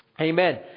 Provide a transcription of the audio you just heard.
Amen